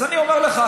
אז אני אומר לך,